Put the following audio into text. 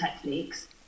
techniques